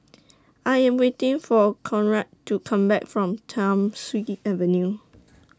I Am waiting For Conrad to Come Back from Thiam Siew Avenue